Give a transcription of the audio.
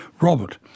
Robert